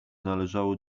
należało